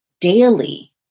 daily